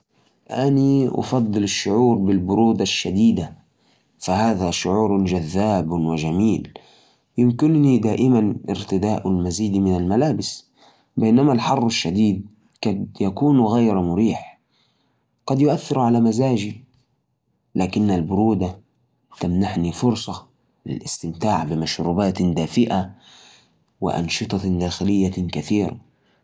والله بالنسبالي أفضل أشعر برودة جديدة لأن البرودة أقدر أتحملها بملابس دافئة أو أشرب شيء ساخن أما الحرالشديد فهو مرهق بيخلي الواحد ما يقدر يتحرك أو يركز في النهاية البرودة فيها أمل للتدفئة لكن الحر يكون صعب التحمل شوي